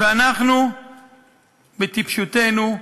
ואנחנו בטיפשותנו,